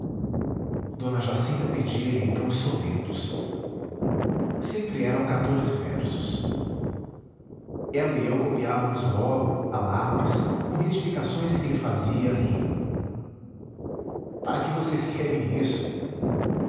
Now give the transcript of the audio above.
d jacinta pedia-lhe então sonetos sempre eram quatorze versos ela e eu copiávamos logo a lápis com retificações que ele fazia rindo para que querem vocês isso